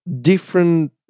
different